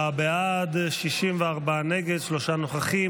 34 בעד, 64 נגד, שלושה נוכחים.